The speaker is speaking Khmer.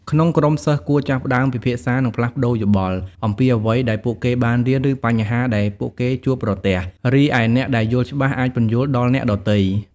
ក្នុងក្រុម សិស្សគួរចាប់ផ្ដើមពិភាក្សានិងផ្លាស់ប្ដូរយោបល់ អំពីអ្វីដែលពួកគេបានរៀន ឬបញ្ហាដែលពួកគេជួបប្រទះ។ រីឯអ្នកដែលយល់ច្បាស់អាចពន្យល់ដល់អ្នកដទៃ។